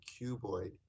cuboid